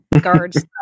guards